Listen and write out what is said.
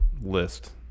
list